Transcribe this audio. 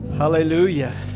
Hallelujah